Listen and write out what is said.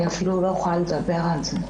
אני אפילו לא יכולה לדבר על זה.